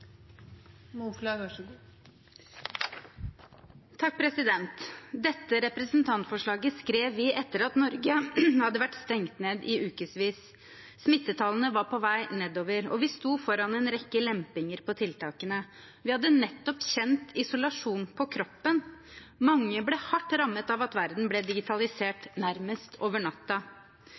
Dette representantforslaget skrev vi etter at Norge hadde vært stengt ned i ukesvis. Smittetallene var på vei nedover, og vi sto foran en rekke lempinger på tiltakene. Vi hadde nettopp kjent isolasjonen på kroppen. Mange ble hardt rammet av at verden ble digitalisert nærmest over